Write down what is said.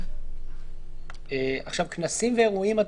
כנסים ואירועים,